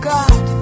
God